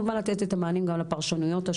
שזה לא יהיה על הגב של המפרסמים וגם לקמפיין עירוני רחב